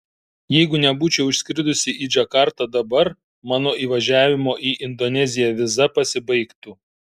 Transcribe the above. jeigu nebūčiau išskridusi į džakartą dabar mano įvažiavimo į indoneziją viza pasibaigtų